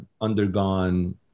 undergone